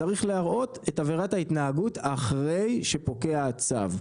צריך להראות את עבירת ההתנהגות אחרי שפוקע הצו.